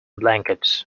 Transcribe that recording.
blankets